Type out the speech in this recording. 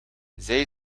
zij